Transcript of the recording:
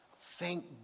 Thank